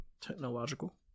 technological